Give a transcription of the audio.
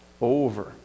over